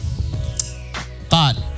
Thought